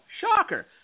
Shocker